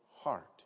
heart